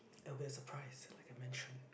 it will be a surprise like I mentioned